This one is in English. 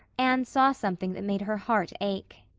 anne saw something that made her heart ache.